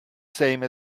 same